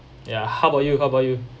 ya how about you how about you